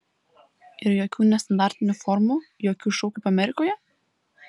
ir jokių nestandartinių formų jokių šou kaip amerikoje